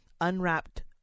unwrapped